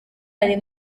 ari